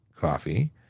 coffee